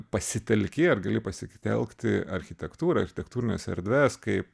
pasitelki ar gali pasitelkti architektūrą architektūrines erdves kaip